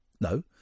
No